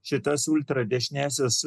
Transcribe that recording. šitas ultradešiniąsias